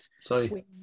sorry